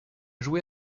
joué